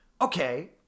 Okay